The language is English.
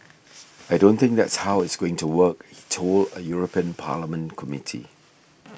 I don't think that's how it's going to work he told a European Parliament Committee